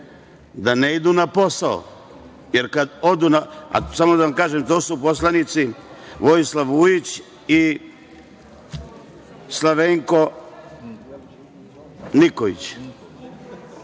da ne idu na posao, jer kada odu na posao… Samo da vam kažem, to su poslanici Vojislav Vujić i Slavenko...To